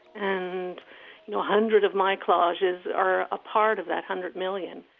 and you know a hundred of my collages are a part of that hundred million.